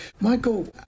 Michael